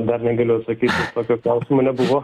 dar negaliu atsakyt tokio klausimo nebuvo